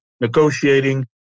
negotiating